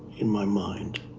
in my mind,